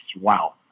wow